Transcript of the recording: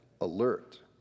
alert